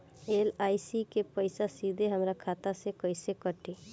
LIC के पईसा सीधे हमरा खाता से कइसे कटी?